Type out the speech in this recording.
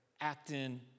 acting